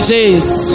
Jesus